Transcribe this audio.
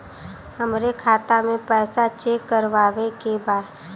हमरे खाता मे पैसा चेक करवावे के बा?